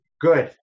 Good